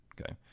Okay